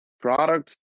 products